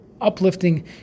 uplifting